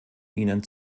ihnen